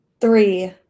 Three